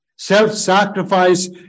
Self-sacrifice